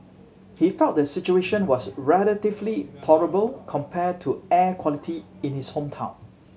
he felt the situation was relatively tolerable compare to air quality in his hometown